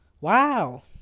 Wow